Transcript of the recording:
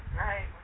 Right